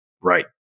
right